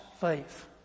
faith